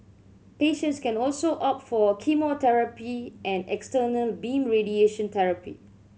patients can also opt for chemotherapy and external beam radiation therapy